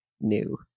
new